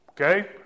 Okay